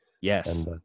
yes